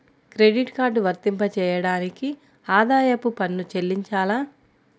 Credit card వర్తింపజేయడానికి ఆదాయపు పన్ను చెల్లించాలా?